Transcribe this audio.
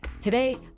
Today